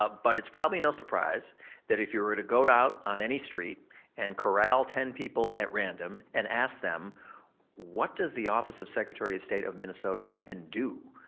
ah but it's probably no surprise that if you were to go out on any street and corral ten people at random and ask them what does the office of secretary of state of minnesota even do,